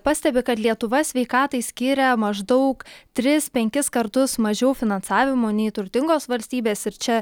pastebi kad lietuva sveikatai skiria maždaug tris penkis kartus mažiau finansavimo nei turtingos valstybės ir čia